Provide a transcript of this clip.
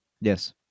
Yes